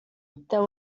there